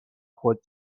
خود